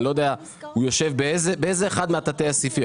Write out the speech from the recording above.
הוא יושב באיזה אחד מתתי הסעיפים?